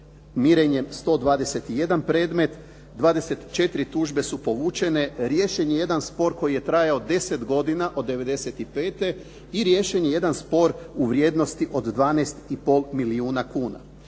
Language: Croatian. mirenjem 121 predmet, 24 tužbe su povučene, riješen je jedan spor koji je trajao 10 godina od '95. i riješen je jedan spor u vrijednosti od 12,5 milijuna kuna.